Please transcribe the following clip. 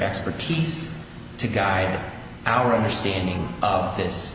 expertise to guide our understanding of this